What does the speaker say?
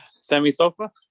Semi-sofa